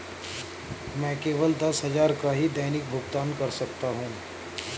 मैं केवल दस हजार का ही दैनिक भुगतान कर सकता हूँ